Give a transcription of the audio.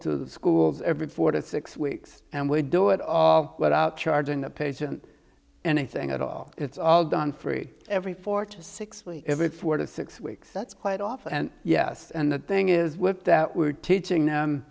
to the schools every four to six weeks and we do it all without charging the patient anything at all it's all done free every four to six every four to six weeks that's quite often and yes and the thing is that we're teaching the